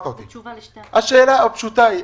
השאלה הפשוטה היא,